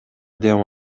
дем